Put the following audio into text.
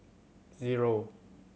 zero